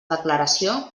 declaració